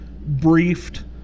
briefed